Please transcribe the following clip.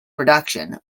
production